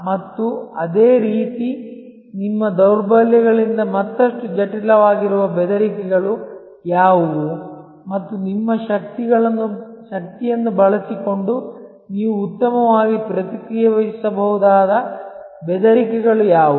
ಮತ್ತು ಅದೇ ರೀತಿ ನಿಮ್ಮ ದೌರ್ಬಲ್ಯಗಳಿಂದ ಮತ್ತಷ್ಟು ಜಟಿಲವಾಗಿರುವ ಬೆದರಿಕೆಗಳು ಯಾವುವು ಮತ್ತು ನಿಮ್ಮ ಶಕ್ತಿಯನ್ನು ಬಳಸಿಕೊಂಡು ನೀವು ಉತ್ತಮವಾಗಿ ಪ್ರತಿಕ್ರಿಯಿಸಬಹುದಾದ ಬೆದರಿಕೆಗಳು ಯಾವುವು